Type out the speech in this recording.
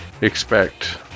expect